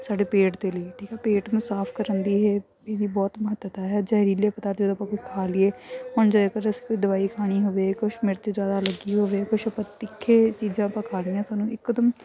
ਸਾਡੇ ਪੇਟ ਦੇ ਲਈ ਠੀਕ ਆ ਪੇਟ ਨੂੰ ਸਾਫ਼ ਕਰਨ ਦੀ ਇਹ ਵੀ ਬਹੁਤ ਮਹੱਤਤਾ ਹੈ ਜ਼ਹਰੀਲੇ ਪਦਾਰਥ ਜਦੋਂ ਆਪਾਂ ਖਾ ਲਈਏ ਹੁਣ ਜਾਏ ਪਰ ਅਸੀਂ ਦਵਾਈ ਖਾਣੀ ਹੋਵੇ ਕੁਛ ਮਿਰਚ ਜ਼ਿਆਦਾ ਲੱਗੀ ਹੋਵੇ ਕੁਛ ਆਪਾਂ ਤਿੱਖੇ ਚੀਜ਼ਾਂ ਆਪਾਂ ਖਾ ਜਾਂਦੇ ਹਾਂ ਸਾਨੂੰ ਇੱਕਦਮ